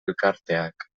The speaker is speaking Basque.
elkarteak